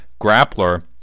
grappler